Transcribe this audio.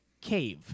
cave